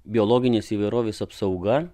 biologinės įvairovės apsauga